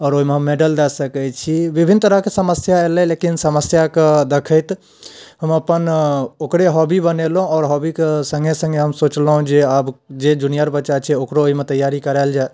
आओर ओहिमे मेडल दै सकैत छी बिभिन्न तरह कऽ समस्या एलै लेकिन समस्या कऽ देखैत हम अपन ओकरे हौबी बनेलहुँ आओर हौबीके सङ्गे सङ्गे हम सोचलहुँ जे आब जे जूनियर बच्चा छै ओकरो एहिमे तैआरी कराएल जाय